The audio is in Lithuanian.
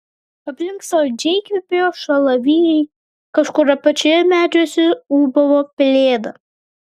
aplink saldžiai kvepėjo šalavijai kažkur apačioje medžiuose ūbavo pelėda